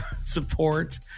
support